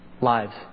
lives